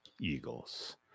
Eagles